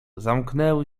zamknęły